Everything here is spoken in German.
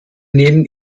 nehmen